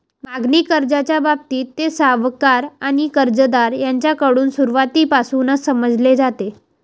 मागणी कर्जाच्या बाबतीत, ते सावकार आणि कर्जदार यांच्याकडून सुरुवातीपासूनच समजले जाते